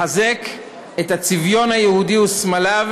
לחזק את הצביון היהודי וסמליו,